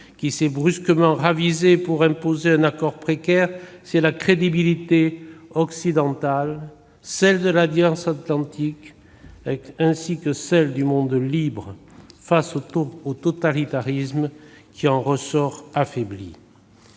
qui s'est brusquement ravisé pour imposer un accord précaire, c'est la crédibilité occidentale, celle de l'Alliance atlantique et du monde libre face au totalitarisme, qui se trouve affaiblie.